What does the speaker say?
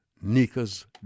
Nika's